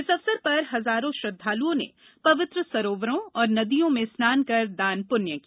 इस अवसर पर हजारों श्रद्वालुओं ने पवित्र सरोवरों और नदियों स्नान कर दान पुण्य किया